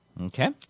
okay